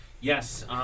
Yes